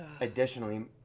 additionally